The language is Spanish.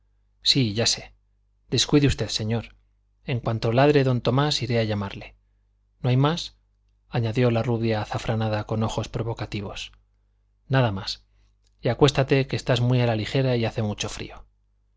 sí ya sé descuide usted señor en cuanto ladre don tomás iré a llamarle no hay más añadió la rubia azafranada con ojos provocativos nada más y acuéstate que estás muy a la ligera y hace mucho frío